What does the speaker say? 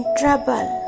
trouble